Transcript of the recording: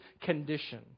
condition